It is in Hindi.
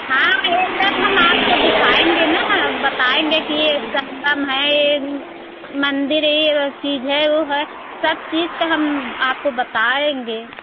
हाँ यह सब हम आपको दिखाएँगे ना बताएँगे कि यह संगम है मंदिर यह चीज़ है उ है सब चीज़ का हम आपको बताएँगे